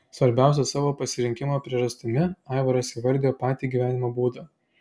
svarbiausia savo pasirinkimo priežastimi aivaras įvardijo patį gyvenimo būdą